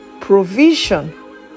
provision